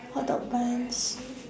hot dog buns